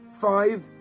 five